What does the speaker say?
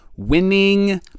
Winning